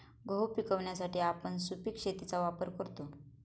गहू पिकवण्यासाठी आपण सुपीक शेतीचा वापर करतो